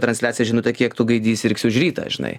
transliaciją žinutę kiek tu gaidys sirgsi už rytą žinai